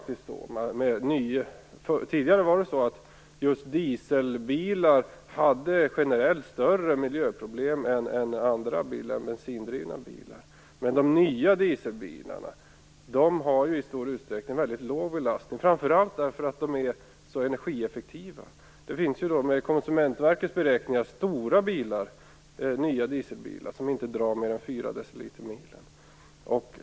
Tidigare var det så att just dieselbilar generellt innebar större miljöproblem än bensindrivna bilar, men de nya dieselbilarna har ju i stor utsträckning en väldigt låg belastning, framför allt därför att de är så energieffektiva. Det finns enligt Konsumentverkets beräkningar stora, nya dieselbilar, som inte drar mer än 4 dl per mil.